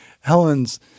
Helen's